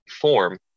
form